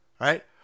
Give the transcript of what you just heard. Right